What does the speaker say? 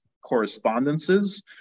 correspondences